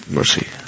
mercy